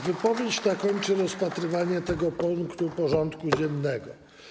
Wypowiedź ta kończy rozpatrywanie tego punktu porządku dziennego.